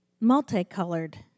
Multicolored